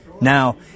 Now